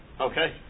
Okay